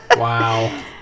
Wow